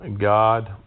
God